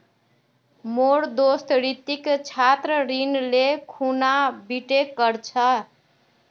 मोर दोस्त रितिक छात्र ऋण ले खूना बीटेक कर छ